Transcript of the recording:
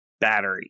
battery